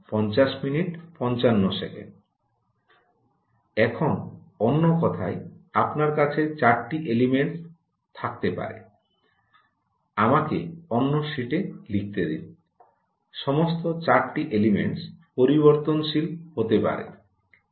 এখন অন্য কথায় আপনার কাছে 4 টি এলিমেন্টস থাকতে পারে আমাকে অন্য শীটে লিখতে দিন সমস্ত 4 টি এলিমেন্টস পরিবর্তনশীল হতে পারে